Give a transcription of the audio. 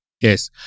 Yes